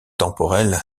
temporel